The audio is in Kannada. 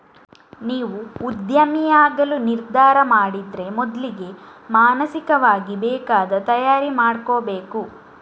ನೀವು ಉದ್ಯಮಿಯಾಗಲು ನಿರ್ಧಾರ ಮಾಡಿದ್ರೆ ಮೊದ್ಲಿಗೆ ಮಾನಸಿಕವಾಗಿ ಬೇಕಾದ ತಯಾರಿ ಮಾಡ್ಕೋಬೇಕು